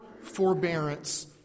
forbearance